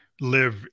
live